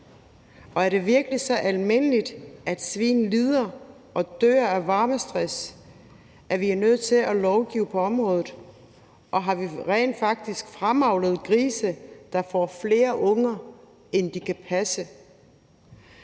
Og er det virkelig så almindeligt, at svin lider og dør af varmestress, at vi er nødt til at lovgive på området? Og har vi rent faktisk fremavlet grise, der får flere unger, end de kan passe?